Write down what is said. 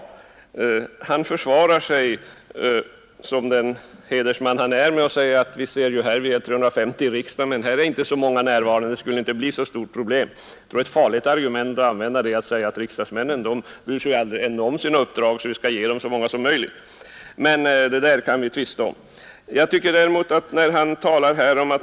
Herr Regnéll försvarar sig, som den hedersman han är, och framhåller att riksdagen består av 350 ledamöter, men att så många inte alltid är närvarande; det skulle alltså inte bli så stort problem med bolagsstämmorna. Det är ett farligt argument att påstå att riksdagsmännen inte bryr sig om sina uppdrag och att vi därför skall ge dem så många som möjligt. Det kan vi emellertid fortsätta att tvista om.